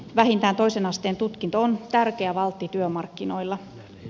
vähintään toisen asteen tutkinto on tärkeä valtti työmarkkinoilla